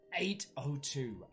802